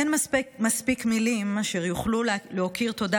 אין מספיק מילים אשר יוכלו להכיר תודה